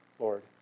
Lord